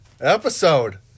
episode